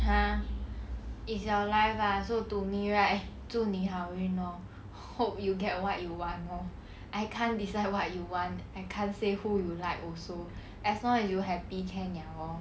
!huh! is your life lah so to me right 祝您好运 lor hope you get what you want lor I can't decide what you want and can't say who you like also as long as you happy can liao lor